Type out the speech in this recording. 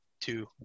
two